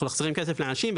אנחנו מחזירים כסף לאנשים,